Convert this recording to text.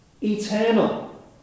eternal